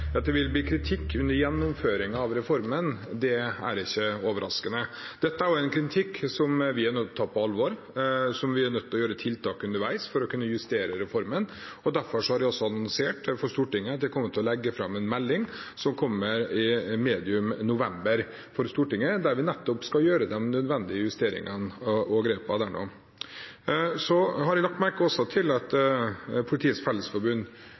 at det vil bli kritikk under gjennomføringen av reformen, er ikke overraskende. Dette er også en kritikk som vi er nødt til å ta på alvor. Vi er nødt til å gjennomføre tiltak underveis for å kunne justere reformen. Derfor har jeg også annonsert overfor Stortinget at jeg kommer til å legge fram en melding som kommer medio november, der vi nettopp skal gjøre de nødvendige justeringene og ta de nødvendige grepene. Jeg la også merke til at Politiets Fellesforbund